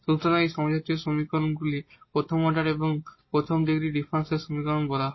সুতরাং এই হোমোজিনিয়াস সমীকরণ গুলি প্রথম অর্ডার এবং প্রথম ডিগ্রির ডিফারেনশিয়াল সমীকরণকে বলা হয়